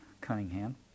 Cunningham